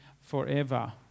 forever